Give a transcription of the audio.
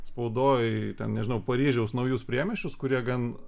spaudoje ten nežinau paryžiaus naujus priemiesčius kurie gan